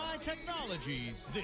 Technologies